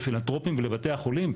לפילנתרופים ולבתי החולים,